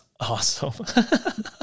awesome